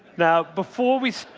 now, before we so